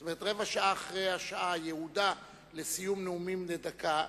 זאת אומרת: רבע שעה אחרי השעה היעודה לסיום נאומים בני דקה.